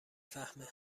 فهمه